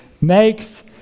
makes